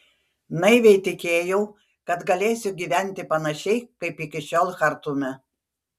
naiviai tikėjau kad galėsiu gyventi panašiai kaip iki šiol chartume